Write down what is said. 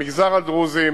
המגזר הדרוזי,